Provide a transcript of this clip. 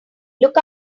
look